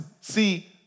see